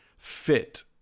fit